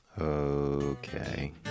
Okay